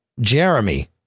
Jeremy